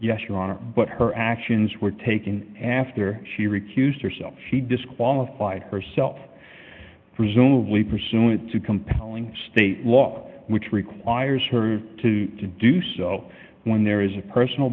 yes your honor but her actions were taken after she refused herself she disqualified herself presumably pursuant to compelling state law which requires her to to do so when there is a personal